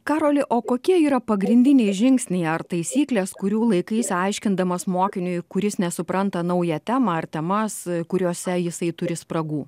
karoli o kokie yra pagrindiniai žingsniai ar taisyklės kurių laikais aiškindamas mokiniui kuris nesupranta naują temą ar temas kuriose jisai turi spragų